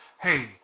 hey